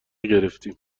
گرفتیم